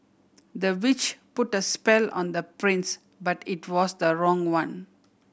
the witch put a spell on the prince but it was the wrong one